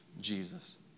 Jesus